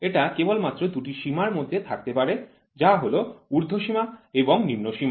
এটা কেবলমাত্র দুটি সীমার মধ্যে থাকতে পারে যা হলো ঊর্ধ্বসীমা এবং নিম্নসীমা